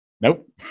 Nope